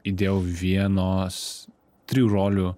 įdėjau vienos trijų rolių